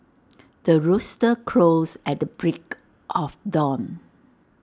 the rooster crows at the break of dawn